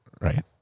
right